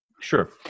Sure